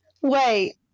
wait